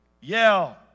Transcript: yell